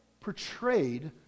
portrayed